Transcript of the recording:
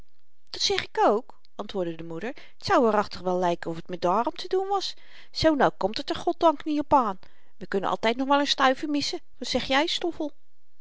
dat zeg ik ook antwoordde de moeder t zou waarachtig wel lyken of t me daarom te doen was zoo nauw komt het er goddank niet op aan we kunnen altyd nog wel n stuiver missen wat zeg jy stoffel